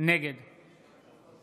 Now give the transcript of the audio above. נגד האם יש מישהו